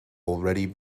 already